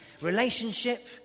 relationship